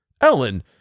Ellen